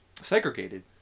segregated